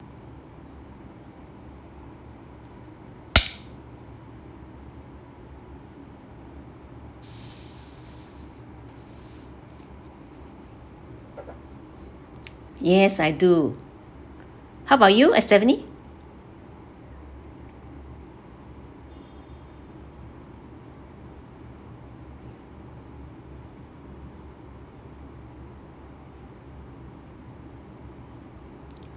yes I do how about you eh stephanie